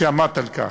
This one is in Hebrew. שעמד על כך.